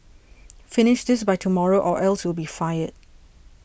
finish this by tomorrow or else you'll be fired